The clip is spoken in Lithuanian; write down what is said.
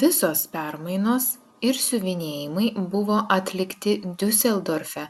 visos permainos ir siuvinėjimai buvo atlikti diuseldorfe